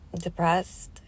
depressed